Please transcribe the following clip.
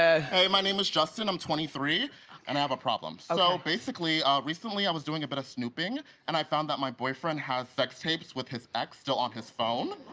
ah hey, my name is justin, i'm twenty three and i have a problem. so basically, recently i was doing a bit of snooping and i found that my boyfriend has sex tapes with his ex still on his phone.